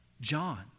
John